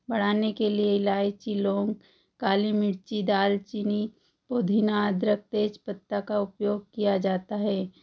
बढ़ाने के लिए इलायची लौंग काली मिर्ची दालचीनी पुदीना अदरक तेजपत्ता का उपयोग किया जाता है